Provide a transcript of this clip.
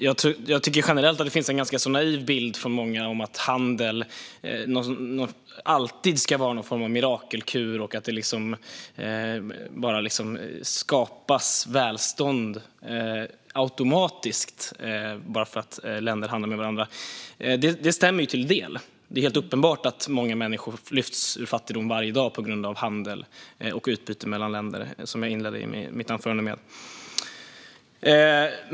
Jag tycker att det generellt finns en ganska naiv bild hos många av att handel alltid ska vara någon form av mirakelkur och att välstånd liksom skapas automatiskt bara för att länder handlar med varandra. Det stämmer till del; det är helt uppenbart att många människor lyfts ur fattigdom varje dag tack vare handel och utbyte mellan länder, som jag sa i inledningen av mitt anförande.